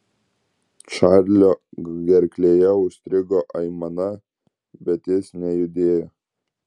čarlio gerklėje užstrigo aimana bet jis nejudėjo